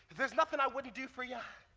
there's nothing i wouldn't do for ya.